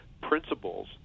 principles